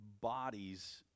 bodies